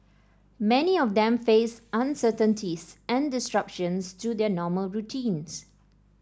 many of them faced uncertainties and disruptions to their normal routines